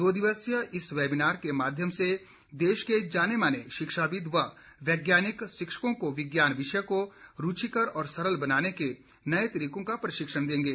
दो दिवसीय इस वेबिनार के माध्यम से देश के जाने माने शिक्षाविद व वैज्ञानिक शिक्षकों को विज्ञान विषय को रूचिकर और सरल बनाने के नए तरीकों का प्रशिक्षण देंगे